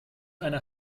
eine